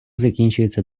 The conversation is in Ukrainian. закінчується